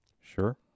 Sure